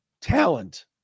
talent